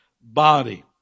body